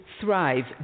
thrive